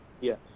Yes